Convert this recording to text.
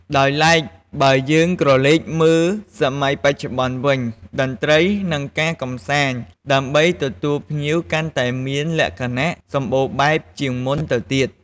ដោយឡែក បើយើងក្រឡេកមើលសម័យបច្ចុប្បន្នវិញ តន្ត្រី និងការកំសាន្ត ដើម្បីទទួលភ្ញៀវកាន់តែមានលក្ខណៈសម្បូរបែបជាងមុនទៅទៀត។